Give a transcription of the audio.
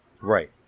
Right